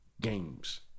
games